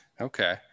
Okay